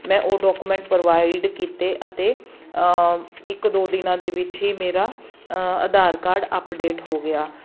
ਮੈਂ ਉਹ document provide ਕੀਤੇ ਅਤੇ ਇੱਕ ਦੋ ਦਿਨਾਂ ਦੇ ਵਿੱਚ ਹੀ ਮੇਰਾ ਆਧਾਰ ਕਾਰਡ ਅਪਡੇਟ ਹੋ ਗਿਆ